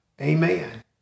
Amen